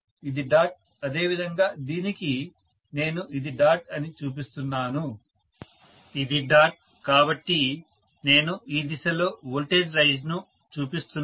ఇది డాట్ అదేవిధంగా దీనికి నేను ఇది డాట్ అని చూపిస్తున్నాను ఇది డాట్ కాబట్టి నేను ఈ దిశలో వోల్టేజ్ రైజ్ ను చూపిస్తున్నాను